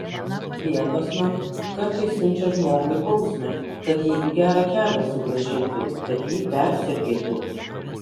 dievas mat kartais siunčia žmogui bausmę kad jį į gerą kelią sugrąžintų kad jį persergėtų